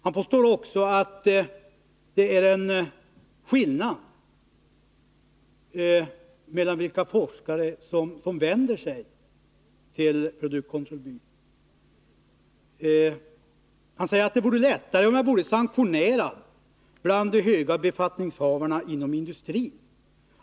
Han påstår också att det finns en skillnad i fråga om vilka forskare som vänder sig till produktkontrollbyrån. Han säger att det vore lättare om han vore sanktionerad bland de höga befattningshavarna inom industrin.